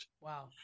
Wow